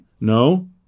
No